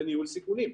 זה ניהול סיכונים.